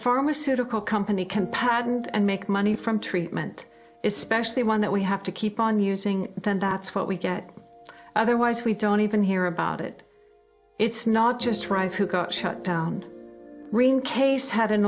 pharmaceutical company can patent and make money from treatment is specially one that we have to keep on using then that's what we get otherwise we don't even hear about it it's not just arrive who got shut down rain case had an